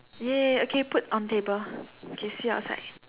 !yay! okay put on table okay see you outside